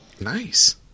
Nice